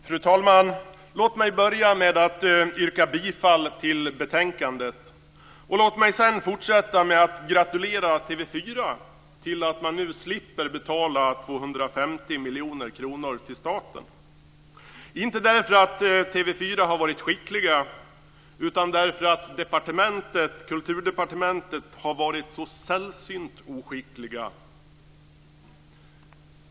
Fru talman! Låt mig börja med att yrka bifall till förslaget i betänkandet. Låt mig sedan fortsätta med att gratulera TV 4 till att man nu slipper betala 250 miljoner kronor till staten, inte därför att man på TV 4 har varit skicklig, utan därför att man på Kulturdepartementet har varit så sällsynt oskicklig.